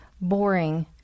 boring